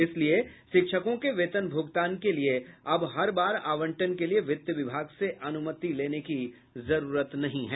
इसलिए शिक्षकों के वेतन भुगतान के लिए अब हर बार आवंटन के लिए वित विभाग से अनुमति लेने की जरूरत नहीं है